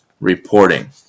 reporting